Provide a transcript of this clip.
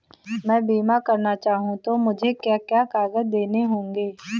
मैं बीमा करना चाहूं तो मुझे क्या क्या कागज़ देने होंगे?